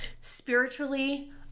Spiritually